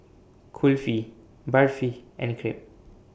Kulfi Barfi and Crepe